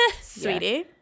Sweetie